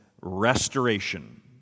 restoration